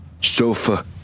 Sofa